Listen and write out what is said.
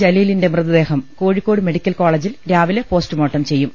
ജലീലിന്റെ മൃതദേഹം കോഴിക്കോട് മെഡിക്കൽ കോളജിൽ രാവിലെ പോസ്റ്റ്മോർട്ടം ചെയ്യും